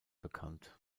bekannt